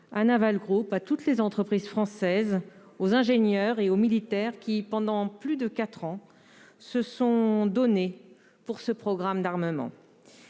à Naval Group, ainsi qu'à toutes les entreprises françaises, aux ingénieurs et aux militaires qui, pendant plus de quatre ans, se sont donnés pour ce programme d'armement.